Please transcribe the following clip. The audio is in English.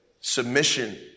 submission